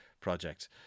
project